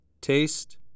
Taste